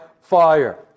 fire